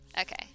Okay